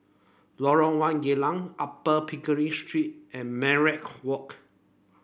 Lorong One Geylang Upper Pickering Street and Minaret Walk